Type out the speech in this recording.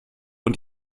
und